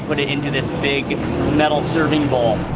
but into this big metal serving bowl.